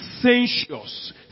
sensuous